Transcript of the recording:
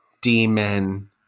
demon